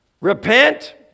repent